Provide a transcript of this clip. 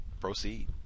Proceed